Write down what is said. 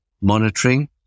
monitoring